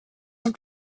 ans